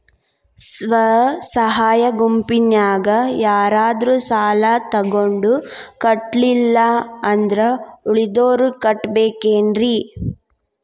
ಸ್ವ ಸಹಾಯ ಗುಂಪಿನ್ಯಾಗ ಯಾರಾದ್ರೂ ಸಾಲ ತಗೊಂಡು ಕಟ್ಟಿಲ್ಲ ಅಂದ್ರ ಉಳದೋರ್ ಕಟ್ಟಬೇಕೇನ್ರಿ?